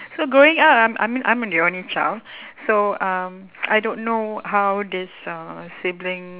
so growing up I'm I'm I'm the only child so um I don't know how this uh sibling